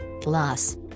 Plus